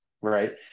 right